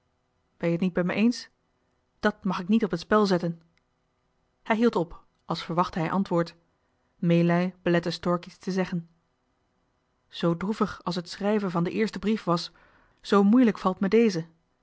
ben je het niet met mij eens dat mag ik niet op het spel zetten hij hield op als verwachtte hij antwoord meelij belette stork iets te zeggen zoo droevig als het schrijven van den eersten brief was zoo moeilijk valt me deze